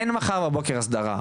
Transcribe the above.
אין מחר בבוקר הסדרה,